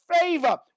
favor